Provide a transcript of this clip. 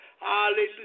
Hallelujah